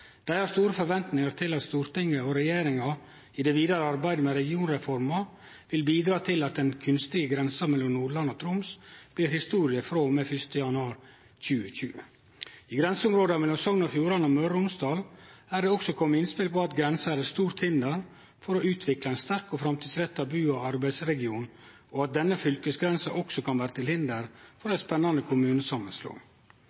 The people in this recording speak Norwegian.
Dei har store forventningar til at Stortinget og regjeringa i det vidare arbeidet med regionreforma vil bidra til at den kunstige grensa mellom Nordland og Troms blir historie frå og med 1. januar 2020. I grenseområda mellom Sogn og Fjordane og Møre og Romsdal er det også kome innspel om at grensa er til stort hinder for å utvikle ein sterk og framtidsretta bu- og arbeidsregion, og at denne fylkesgrensa også kan vere til hinder for